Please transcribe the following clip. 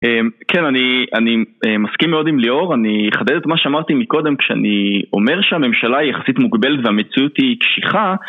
כן, אני מסכים מאוד עם ליאור, אני אחדד את מה שאמרתי מקודם כשאני אומר שהממשלה היא יחסית מוגבלת והמציאות היא קשיחה,